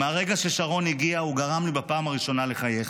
מהרגע ששרון הגיע הוא גרם לי בפעם הראשונה לחייך.